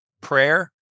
prayer